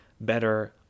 better